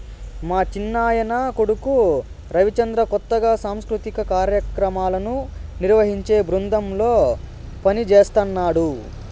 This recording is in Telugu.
మా చిన్నాయన కొడుకు రవిచంద్ర కొత్తగా సాంస్కృతిక కార్యాక్రమాలను నిర్వహించే బృందంలో పనిజేస్తన్నడు